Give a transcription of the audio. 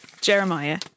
Jeremiah